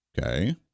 Okay